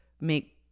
Make